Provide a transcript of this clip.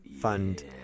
fund